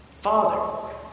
Father